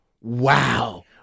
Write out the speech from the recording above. Wow